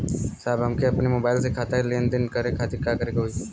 साहब हमके अपने मोबाइल से खाता के लेनदेन करे खातिर का करे के होई?